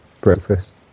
breakfast